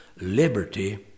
liberty